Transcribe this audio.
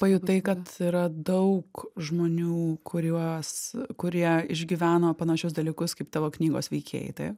pajutai kad yra daug žmonių kuriuos kurie išgyveno panašius dalykus kaip tavo knygos veikėjai taip